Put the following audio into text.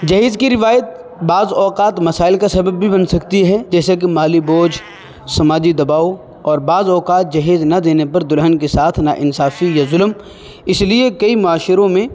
جہیز کی روایت بعض اوقات مسائل کا سبب بھی بن سکتی ہے جیسے کہ مالی بوجھ سماجی دباؤ اور بعض اوقات جہیز نہ دینے پر دلہن کے ساتھ نا انصافی یا ظلم اس لیے معاشروں میں